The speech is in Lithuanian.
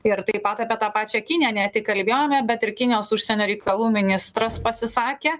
ir taip pat apie tą pačią kiniją ne tik kalbėjome bet ir kinijos užsienio reikalų ministras pasisakė